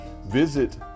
Visit